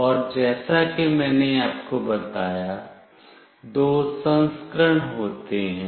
और जैसा कि मैंने आपको बताया दो संस्करण होते हैं